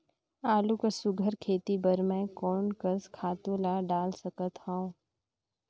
आलू कर सुघ्घर खेती बर मैं कोन कस खातु ला डाल सकत हाव?